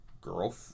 girl